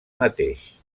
mateix